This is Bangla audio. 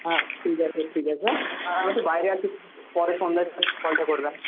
হ্যাঁ ঠিক আছে ঠিক আছে আর আমি একটু বাইরে আছি পরে সন্ধ্যার দিকে কলটা করবেন